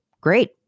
Great